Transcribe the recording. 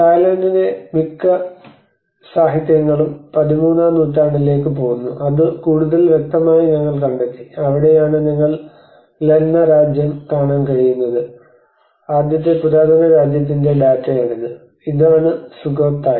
തായ്ലൻഡിലെ മിക്ക സാഹിത്യങ്ങളും പതിമൂന്നാം നൂറ്റാണ്ടിലേയ്ക്ക് പോകുന്നു അത് കൂടുതൽ വ്യക്തമായി ഞങ്ങൾ കണ്ടെത്തി അവിടെയാണ് നിങ്ങൾക്ക് ലന്ന രാജ്യം കാണാൻ കഴിയുന്നത് ആദ്യത്തെ പുരാതന രാജ്യത്തിന്റെ ഡാറ്റയാണിത് ഇതാണ് സുഖോത്തായി